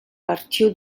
arxiu